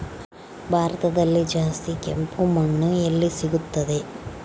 ಭಾರತದಲ್ಲಿ ಜಾಸ್ತಿ ಕೆಂಪು ಮಣ್ಣು ಎಲ್ಲಿ ಸಿಗುತ್ತದೆ?